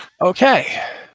Okay